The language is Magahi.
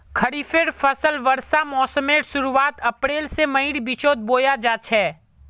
खरिफेर फसल वर्षा मोसमेर शुरुआत अप्रैल से मईर बिचोत बोया जाछे